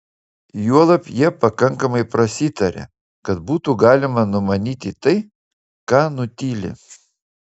juolab jie pakankamai prasitaria kad būtų galima numanyti tai ką nutyli